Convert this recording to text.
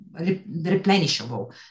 replenishable